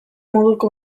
moduko